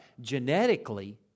genetically